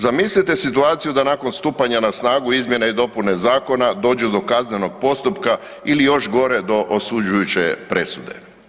Zamislite situaciju da nakon stupanja na snagu izmjene i dopune zakona dođe do kaznenog postupka, ili još gore, do osuđujuće presude.